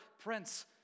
Prince